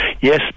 Yes